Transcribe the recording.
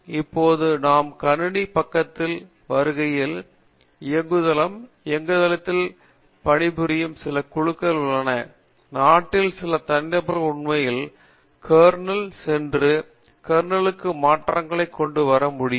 இப்போது நாம் கணினி பக்கத்திற்கு வருகையில் இயங்குதளம் இயங்குதளத்தில் பணிபுரியும் சில குழுக்கள் உள்ளன நாட்டில் சில தனிநபர்கள் உண்மையில் கர்னலுக்கு சென்று கர்னலுக்கு மாற்றங்களை கொண்டு வர முடியும்